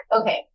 okay